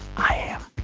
i am.